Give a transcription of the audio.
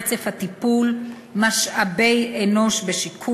אדוני כבוד היושב-ראש,